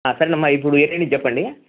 అయితే అమ్మ ఇప్పుడు ఏమేమి చెప్పండి